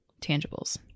tangibles